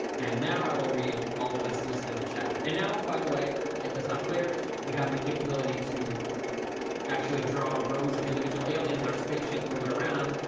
and now i will read all the messages in the chat. and now, by the way, if that's not clear, we have the capability to actually draw rows of individual aliens and our spaceship, move it around,